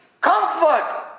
comfort